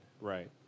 Right